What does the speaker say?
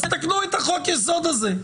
אז תתקנו את חוק היסוד הזה.